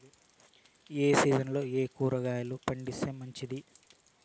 ఏ సీజన్లలో ఏయే కూరగాయలు పండిస్తే మంచిది